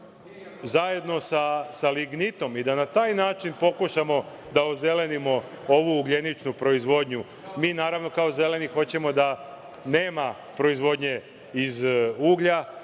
zajedno sa lignitom i da na taj način pokušamo da ozelenimo ovu ugljeničnu proizvodnju. Mi naravano, kao Zeleni hoćemo da nema proizvodnje iz uglja,